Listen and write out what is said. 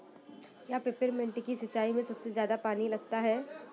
क्या पेपरमिंट की सिंचाई में सबसे ज्यादा पानी लगता है?